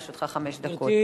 לרשותך חמש דקות.